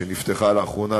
שנפתחה לאחרונה,